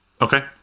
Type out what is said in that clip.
okay